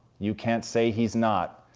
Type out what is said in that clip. you can't say he's not,